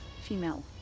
Female